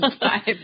five